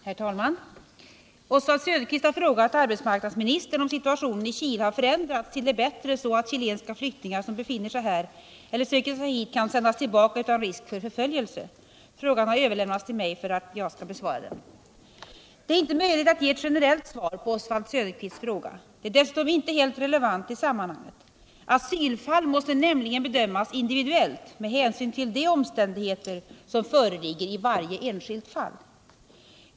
Herr talman! Oswald Söderqvist har frågat arbetsmarknadsministern om situationen i Chile har förändrats till det bättre så att chilenska flyktingar som befinner sig här eller söker sig hit kan sändas tillbaka utan risk för förföljelse. Frågan har överlämnats till mig för att jag skall besvara den. Det är inte möjligt att ge ett generellt svar på Oswald Söderqvists fråga. Den är dessutom inte helt relevant i sammanhanget. Asylfall måste nämligen bedömas individuellt med hänsyn till de omständigheter som föreligger i varje enskilt fall.